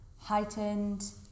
heightened